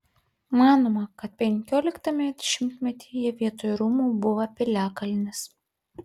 manoma kad penkioliktame šimtmetyje vietoj rūmų buvo piliakalnis